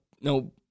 no